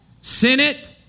Senate